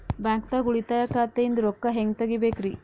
ಬ್ಯಾಂಕ್ದಾಗ ಉಳಿತಾಯ ಖಾತೆ ಇಂದ್ ರೊಕ್ಕ ಹೆಂಗ್ ತಗಿಬೇಕ್ರಿ?